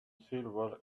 silver